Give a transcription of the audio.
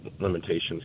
limitations